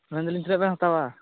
ᱢᱮᱱ ᱮᱫᱟᱞᱤᱧ ᱛᱤᱱᱟᱹᱜ ᱵᱮᱱ ᱦᱟᱛᱟᱣᱟ